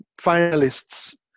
finalists